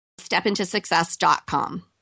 Stepintosuccess.com